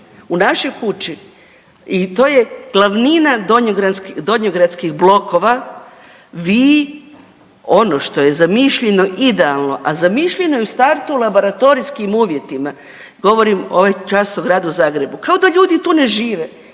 u našoj kući i to je glavnina donjogradskih blokova vi ono što je zamišljeno idealno, a zamišljeno je u startu u laboratorijskim uvjetima, govorim ovaj čas o Gradu Zagrebu, kao da ljudi tu ne žive,